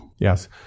Yes